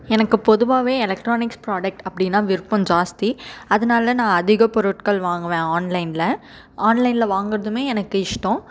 எனக்கு பொதுவாகவே electronics product அப்படின்னா விருப்பம் ஜாஸ்தி அதனால நான் அதிக பொருட்கள் வாங்குவேன் ஆன்லைனில் ஆன்லைனில் வாங்கறதுமே எனக்கு இஷ்டம்